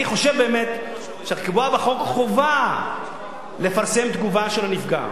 אני חושב שבאמת צריך לקבוע בחוק חובה לפרסם תגובה של הנפגע,